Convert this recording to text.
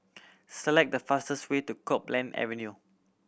select the fastest way to Copeland Avenue